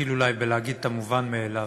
אתחיל אולי בלהגיד את המובן מאליו: